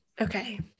okay